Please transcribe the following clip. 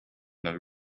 the